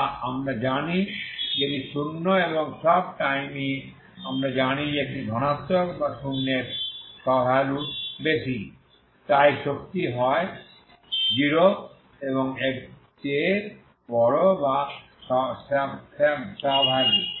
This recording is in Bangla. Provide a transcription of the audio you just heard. যা আমরা জানি যে এটি শূন্য এবং সব টাইম ই আমরা জানি যে এটি ধনাত্মক বা শূন্যের সভ্যালু বেশী তাই শক্তি হয় হয় 0 এর চেয়ে বড় বা সভ্যালু